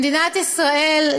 במדינת ישראל,